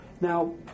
now